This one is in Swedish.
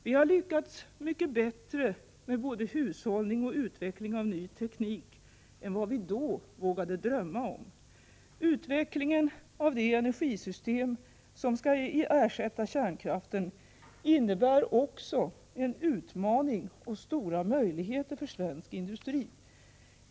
Vi har lyckats mycket bättre med både hushållning och utveckling av ny teknik än vad vi då vågade drömma om. Utvecklingen av det energisystem som skall ersätta kärnkraften innebär en utmaning och stora möjligheter för svensk industri.